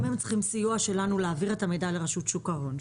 אם הם צריכים סיוע שלנו להעביר את המידע לרשות שוק ההון,